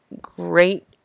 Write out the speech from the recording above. great